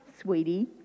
sweetie